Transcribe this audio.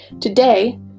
Today